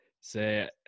say